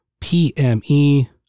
PME